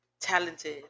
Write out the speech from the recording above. talented